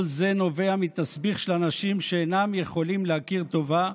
כל זה נובע מתסביך של אנשים שאינם יכולים להכיר טובה.